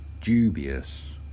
dubious